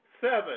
Seven